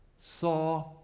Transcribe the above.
saw